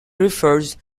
refers